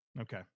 Okay